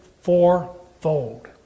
fourfold